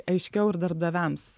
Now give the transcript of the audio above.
aiškiau ir darbdaviams